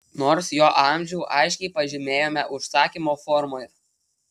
nors jo amžių aiškiai pažymėjome užsakymo formoje